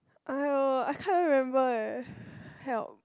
!aiyo! I can't remember eh help